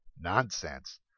Nonsense